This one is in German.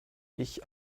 ich